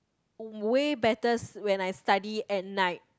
way betters when I study at night